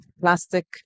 plastic